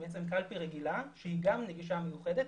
היא קלפי רגילה שהיא גם נגישה מיוחדת.